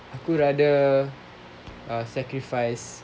aku rather sacrifice